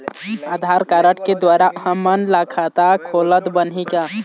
आधार card के द्वारा हमन ला खाता खोलत बनही का?